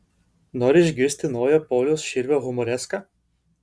nori išgirsti naują pauliaus širvio humoreską